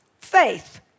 faith